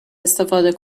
استفاده